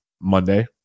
Monday